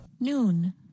Noon